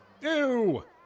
Ew